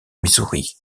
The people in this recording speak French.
missouri